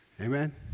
amen